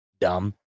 dumb